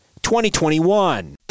2021